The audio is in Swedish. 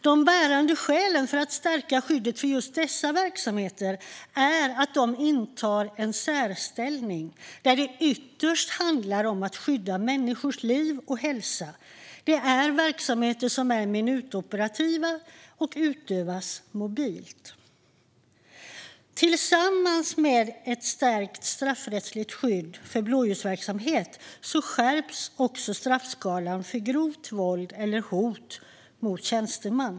De bärande skälen för att stärka skyddet för just dessa verksamheter är att de intar en särställning där det ytterst handlar om att skydda människors liv och hälsa. Det är verksamheter som är minutoperativa och utövas mobilt. Tillsammans med ett stärkt straffrättsligt skydd för blåljusverksamhet skärps också straffskalan för grovt våld eller hot mot tjänsteman.